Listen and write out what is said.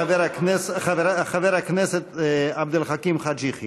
חבר הכנסת עבד אל חכים חאג' יחיא.